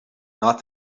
not